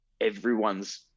everyone's